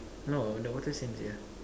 no the water's in here